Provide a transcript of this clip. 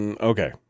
Okay